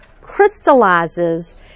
crystallizes